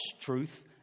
truth